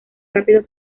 rápido